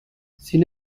sin